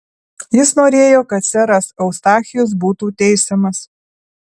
jis norėjo kad seras eustachijus būtų teisiamas